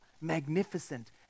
magnificent